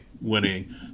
winning